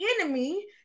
enemy